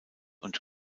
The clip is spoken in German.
und